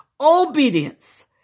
obedience